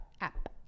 App